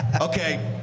Okay